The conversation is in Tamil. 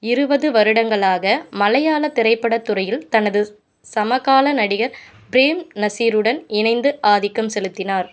இருவது வருடங்களாக மலையாள திரைப்பட துறையில் தனது சமகால நடிகர் பிரேம் நசீருடன் இணைந்து ஆதிக்கம் செலுத்தினார்